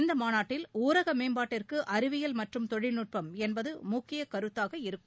இந்த மாநாட்டில் ஊரக மேம்பாட்டுக்கு அறிவியல் மற்றும் தொழில்நுட்பம் என்பது முக்கிய கருத்தாக இருக்கும்